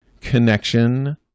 connection